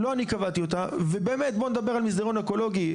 לא אני קבעתי אותה ובאמת בוא נדבר על מסדרון אקולוגי.